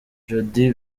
jody